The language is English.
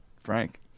Frank